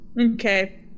Okay